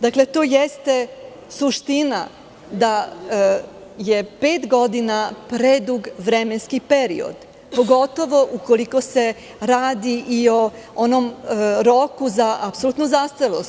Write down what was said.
Dakle, to jeste suština da je pet godina predug vremenski period, pogotovo ukoliko se radi i o onom roku za apsolutnu zastarelost.